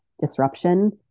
disruption